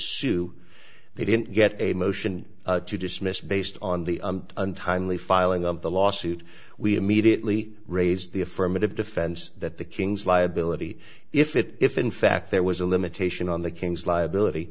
sue they didn't get a motion to dismiss based on the untimely filing of the lawsuit we immediately raised the affirmative defense that the kings liability if it if in fact there was a limitation on the king's liability